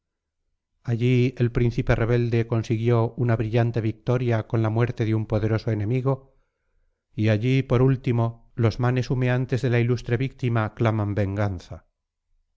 allí el príncipe rebelde consiguió una brillante victoria con la muerte de un poderoso enemigo y allí por último los manes humeantes de la ilustre víctima claman venganza